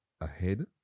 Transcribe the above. ahead